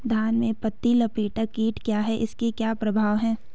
धान में पत्ती लपेटक कीट क्या है इसके क्या प्रभाव हैं?